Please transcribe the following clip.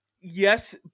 Yes